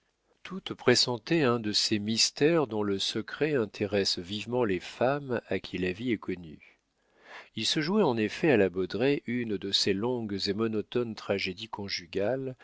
toutes pressentaient un de ces mystères dont le secret intéresse vivement les femmes à qui la vie est connue il se jouait en effet à la baudraye une de ces longues et monotones tragédies conjugales